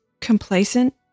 complacent